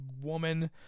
woman